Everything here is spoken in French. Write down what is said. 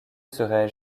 serais